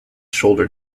shoulder